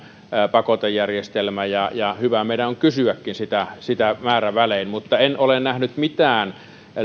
pakotejärjestelmä ja ja hyvä meidän onkin kysyä sitä määrävälein mutta en ole nähnyt mitään